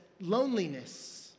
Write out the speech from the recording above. loneliness